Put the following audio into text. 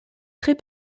très